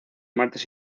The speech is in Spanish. martes